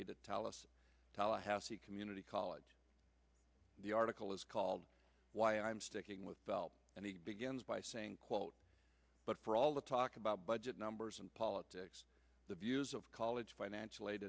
aid tell us tallahassee community college the article is called why i'm sticking with bell and he begins by saying quote but for all the talk about budget numbers and politics the views of college financial aid